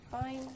fine